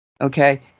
Okay